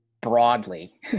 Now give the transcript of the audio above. broadly